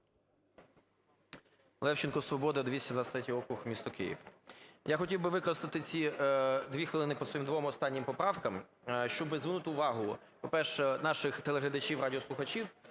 Левченко, "Свобода", 223 округ, місто Київ. Я хотів би використати ці 2 хвилини по своїм двом останнім поправкам, щоб звернути увагу, по-перше, наших телеглядачів, радіослухачів,